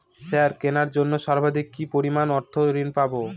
সার কেনার জন্য সর্বাধিক কি পরিমাণ অর্থ ঋণ পাব?